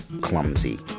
clumsy